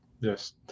Yes